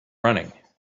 running